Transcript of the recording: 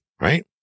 right